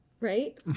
right